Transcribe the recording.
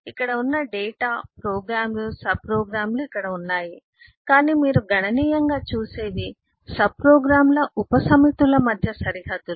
ఇక్కడ ఉన్న డేటా ప్రోగ్రామ్లు సబ్ప్రోగ్రామ్లు ఇక్కడ ఉన్నాయి కానీ మీరు గణనీయంగా చూసేవి సబ్ప్రోగ్రామ్ల ఉపసమితుల మధ్య సరిహద్దులు